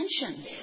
attention